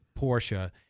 Porsche